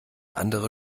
andere